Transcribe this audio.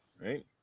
right